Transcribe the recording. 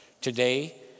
Today